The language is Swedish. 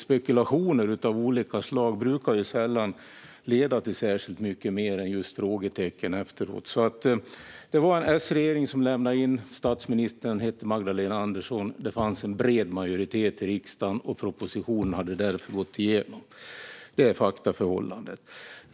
Spekulationer av olika slag brukar sällan leda till särskilt mycket mer än just frågetecken efteråt. Det var en S-regering som lämnade in ansökan. Statsministern hette Magdalena Andersson. Det fanns en bred majoritet i riksdagen. Propositionen hade därför gått igenom. Det är faktaförhållandena.